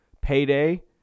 payday